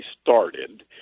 started